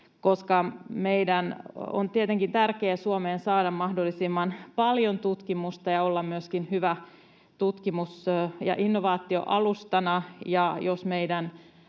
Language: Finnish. Meidän on tietenkin tärkeää Suomeen saada mahdollisimman paljon tutkimusta ja olla myöskin hyvänä tutkimus- ja innovaatioalustana,